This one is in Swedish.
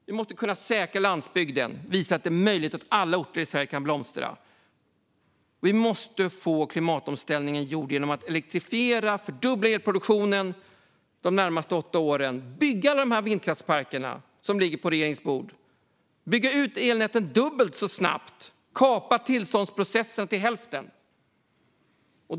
Vi måste säkra landsbygden och visa att det är möjligt att alla orter i Sverige kan blomstra. Vi måste få en klimatomställning genom att elektrifiera, dubbla elproduktionen de närmaste åtta åren, bygga vindkraftsparkerna som ligger som förslag på regeringens bord, bygga ut elnäten dubbelt så snabbt, kapa tiden för tillståndsprocesserna till hälften.